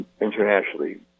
internationally